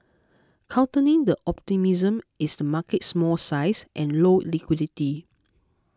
countering the optimism is the market's small size and low liquidity